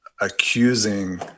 accusing